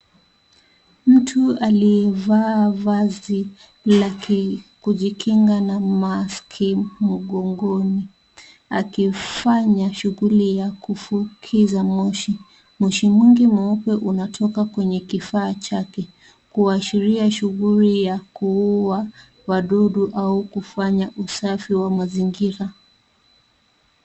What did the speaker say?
Mtu aliyevaa vazi lake kujikinga na maski mgongoni akifanya shughuli ya kufukiza moshi. Moshi mwingi mweupe unatoka kwenye kifaa chake kuashiria shughuli ya kuuwa wadudu au kufanya usafi wa mazingira.